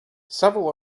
several